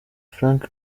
frank